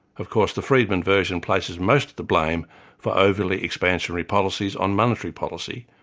of course the freedman version places most of the blame for overly expansionary policies on monetary policy,